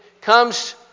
comes